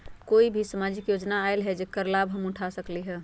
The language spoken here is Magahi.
अभी कोई सामाजिक योजना आयल है जेकर लाभ हम उठा सकली ह?